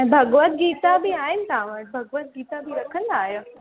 भगवद गीता बि आहिनि तव्हां वटि भगवद गीता बि रखंदा आहियो